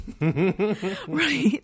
Right